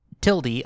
tilde